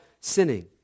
sinning